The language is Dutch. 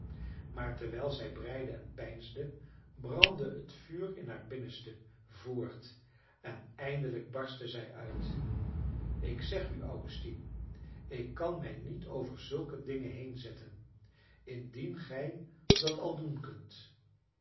maar terwijl zij breide en peinsde brandde het vuur in haar binnenste voort en eindelijk barstte zij uit ik zeg u augustine ik kan mij niet over zulke dingen heenzetten indien gij dat al